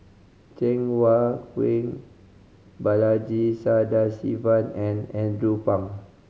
Cheng Wai Keung Balaji Sadasivan and Andrew Phang